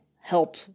help